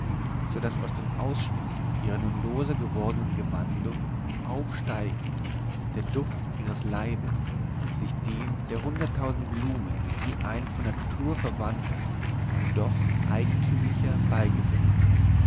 so daß aus dem ausschnitt ihrer nun loser gewordenen gewandung aufsteigend der duft ihres leibes sich dem der hunderttausend blumen wie ein von natur verwandter und doch eigentümlicher beigesellte